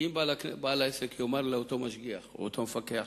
כי אם בעל העסק יאמר לאותו משגיח או לאותו מפקח: